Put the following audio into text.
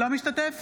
אינו משתתף